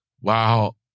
wow